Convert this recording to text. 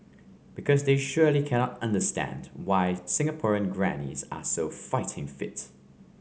because they surely cannot understand why Singaporean grannies are so fighting fit